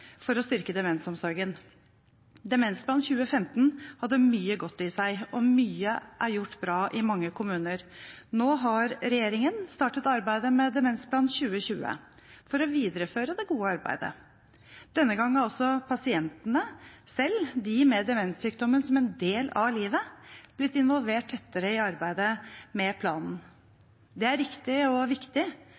for å styrke demensomsorgen. Demensplan 2015 hadde mye godt i seg, og mye er gjort bra i mange kommuner. Nå har regjeringen startet arbeidet med Demensplan 2020 for å videreføre det gode arbeidet. Denne gang er også pasientene selv, de med demenssykdommen som en del av livet, blitt involvert tettere i arbeidet med planen. Det er riktig og viktig,